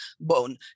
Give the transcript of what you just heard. bone